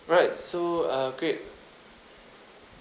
right so uh great